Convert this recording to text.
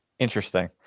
Interesting